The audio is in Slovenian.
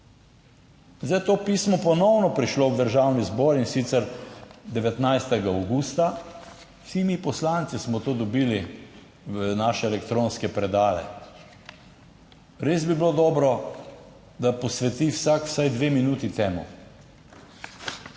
Zdaj je to pismo ponovno prišlo v Državni zbor, in sicer 19. avgusta. Vsi mi poslanci smo to dobili v naše elektronske predale. Res bi bilo dobro, da posveti vsak vsaj dve minuti temu.